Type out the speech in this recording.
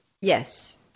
Yes